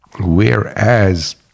whereas